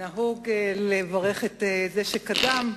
נהוג לברך את זה שקדם,